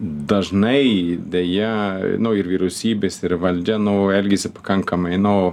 dažnai deja nu ir vyriausybės ir valdžia nu elgiasi pakankamai no